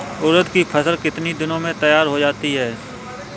उड़द की फसल कितनी दिनों में तैयार हो जाती है?